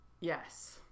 yes